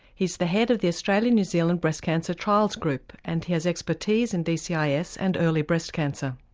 he's the head of the australian new zealand breast cancer trials group and has expertise in dcis and early breast cancer.